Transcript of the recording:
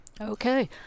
Okay